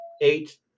eight